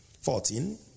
Fourteen